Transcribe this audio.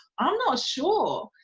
i'm not sure,